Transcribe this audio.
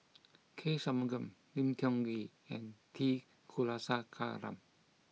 K Shanmugam Lim Tiong Ghee and T Kulasekaram